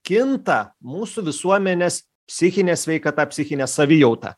kinta mūsų visuomenės psichinė sveikata psichinė savijauta